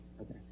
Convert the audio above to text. Okay